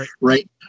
right